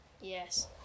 yes